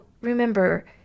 remember